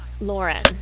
Lauren